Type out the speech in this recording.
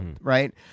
right